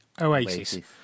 Oasis